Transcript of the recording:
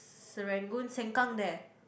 Serangoon sengkang there